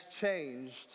changed